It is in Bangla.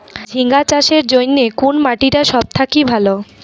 ঝিঙ্গা চাষের জইন্যে কুন মাটি টা সব থাকি ভালো?